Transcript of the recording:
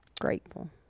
grateful